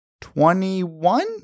Twenty-one